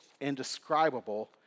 indescribable